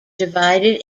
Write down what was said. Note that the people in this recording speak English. divided